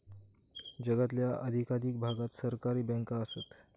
जगातल्या अधिकाधिक भागात सहकारी बँका आसत